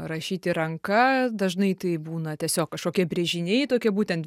rašyti ranka dažnai tai būna tiesiog kažkokie brėžiniai tokie būtent